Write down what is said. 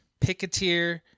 Picketeer